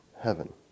heaven